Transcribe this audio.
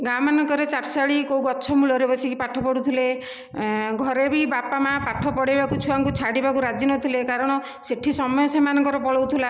ଗାଁ ମାନଙ୍କରେ ଚାଟଶାଳୀ କେଉଁ ଗଛ ମୂଳରେ ବସିକି ପାଠ ପଢ଼ୁଥୁଲେ ଘରେବି ବାପା ମା' ପାଠ ପଢ଼େଇବାକୁ ଛୁଆଙ୍କୁ ଛାଡ଼ିବାକୁ ରାଜି ନଥିଲେ କାରଣ ସେଇଠି ସମୟ ସେମାନଙ୍କର ପଳାଉଥିଲା